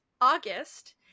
august